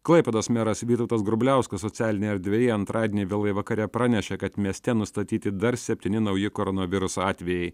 klaipėdos meras vytautas grubliauskas socialinėje erdvėje antradienį vėlai vakare pranešė kad mieste nustatyti dar septyni nauji koronaviruso atvejai